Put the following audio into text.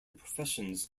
professions